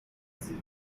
پذیری